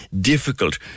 difficult